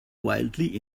wildly